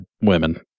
women